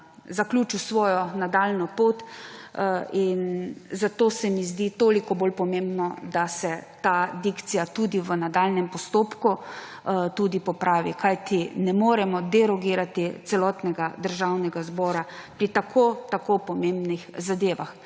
zaključi svojo nadaljnjo pot. Zato se mi zdi toliko bolj pomembno, da se ta dikcija v nadaljnjem postopku tudi popravi, kajti ne moremo derogirati celotnega državnega zbora pri tako pomembnih zadevah.